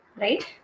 Right